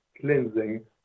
Cleansing